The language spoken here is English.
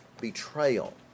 betrayal